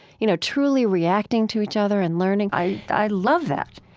you know, truly reacting to each other and learning i i love that.